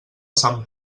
sant